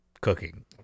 cooking